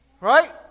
Right